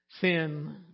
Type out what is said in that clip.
Sin